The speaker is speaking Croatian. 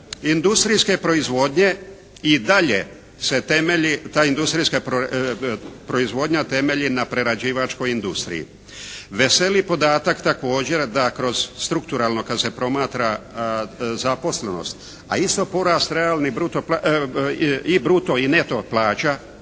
industrijske proizvodnje i dalje se temelji ta industrijska proizvodnja temelji na prerađivačkoj industriji. Veseli podatak također da kroz sturkturalno kad se promatra zaposlenost a isto porast i bruto i neto plaća